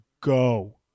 go